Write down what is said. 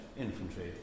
infantry